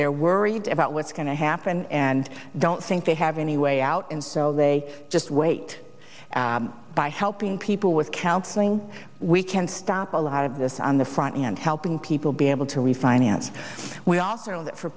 they're worried about what's going to happen and don't think they have any way out and so they just wait by helping people with counseling we can stop a lot of this on the front end helping people be able to refinance we also know that for